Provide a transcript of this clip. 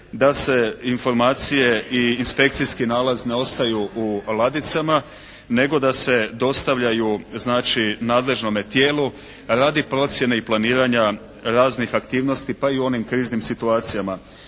da se informacije i inspekcijski nalaz ne ostaju u ladicama, nego da se dostavljaju znači nadležnome tijelu radi procjene i planiranja raznih aktivnosti, pa i u onim kriznim situacijama.